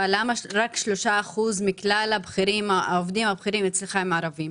למה רק 3% מכלל העובדים הבכירים אצלך הם ערבים.